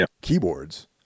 keyboards